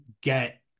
get